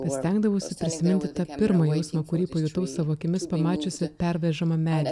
bet stengdavausi prisiminti tą pirmą jausmą kurį pajutau savo akimis pamačiusi pervežamą medį